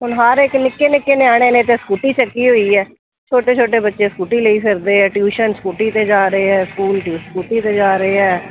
ਹੁਣ ਹਰ ਇੱਕ ਨਿੱਕੇ ਨਿੱਕੇ ਨਿਆਣੇ ਨੇ ਤਾਂ ਸਕੂਟੀ ਚੱਕੀ ਹੋਈ ਹੈ ਛੋਟੇ ਛੋਟੇ ਬੱਚੇ ਸਕੂਟੀ ਲਈ ਫਿਰਦੇ ਆ ਟਿਊਸ਼ਨ ਸਕੂਟੀ 'ਤੇ ਜਾ ਰਹੇ ਆ ਸਕੂਲ ਵੀ ਸਕੂਟੀ 'ਤੇ ਜਾ ਰਹੇ ਹੈ